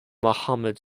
muhammad